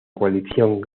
coalición